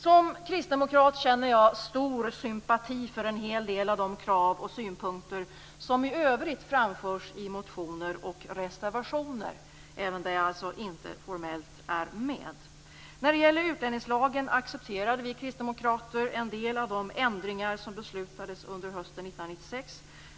Som kristdemokrat känner jag stor sympati för en hel del av de krav och synpunkter som i övrigt framförs i motioner och reservationer, även där jag inte formellt är med. När det gäller utlänningslagen accepterade vi kristdemokrater en del av de ändringar som det beslutades om under hösten 1996.